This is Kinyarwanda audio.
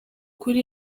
kuri